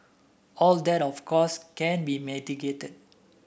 all that of course can be mitigated